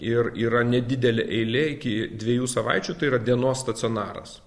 ir yra nedidelė eilė iki dviejų savaičių tai yra dienos stacionaras